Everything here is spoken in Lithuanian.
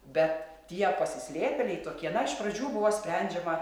bet tie pasislėpėliai tokie na iš pradžių buvo sprendžiama